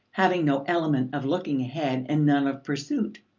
having no element of looking ahead and none of pursuit.